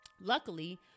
Luckily